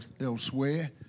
elsewhere